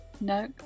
No